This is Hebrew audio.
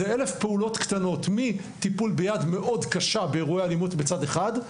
זה אלף פעולות קטנות מטיפול ביד מאוד קשה באירועי אלימות בצד אחד,